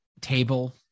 table